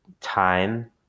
time